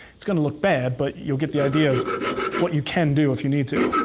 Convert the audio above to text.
it's going to look bad, but you'll get the idea of what you can do if you need to.